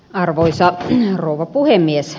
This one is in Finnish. arvoisa rouva puhemies